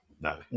No